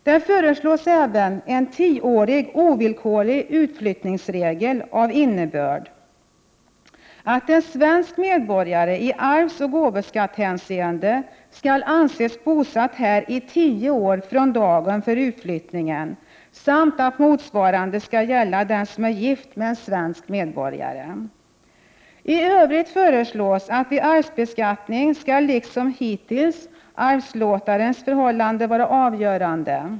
Det föreslås även en tioårig ovillkorlig utflyttningsregel av innebörd att en svensk medborgare i arvsoch gåvoskattehänseende skall anses bosatt här i tio år från dagen för utflyttningen samt att motsvarande skall gälla den som är gift med en svensk medborgare. I övrigt föreslås att vid arvsbeskattning skall liksom hittills arvlåtarens förhållande vara avgörande.